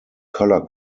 color